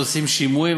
עושים שימועים,